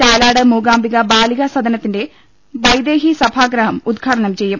Chalad Mookambika ബാലിക സദനത്തിന്റെ വൈദേഹി സഭാഗ്രഹം ഉദ്ഘാടനം ചെയ്യും